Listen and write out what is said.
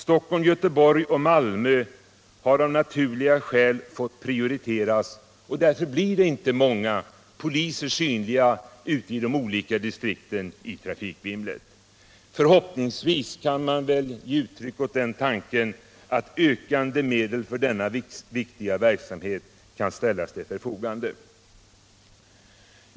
Stockholm, Göteborg och Malmö har av naturliga skäl fått prioriteras, och därför är inte många poliser synliga ute i trafikvimlet i de olika distrikten. Förhoppningsvis kan man ge uttryck åt den tanken att ökade medel för denna viktiga verksamhet kan ställas till förfogande.